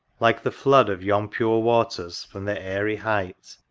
like the flood of yon pure waters, from their aery height.